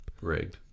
rigged